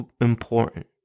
important